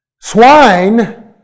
Swine